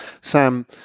Sam